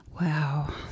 Wow